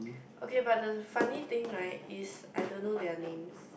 okay but the funny thing right is I don't know their names